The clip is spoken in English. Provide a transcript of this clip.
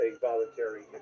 voluntary